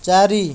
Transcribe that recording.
ଚାରି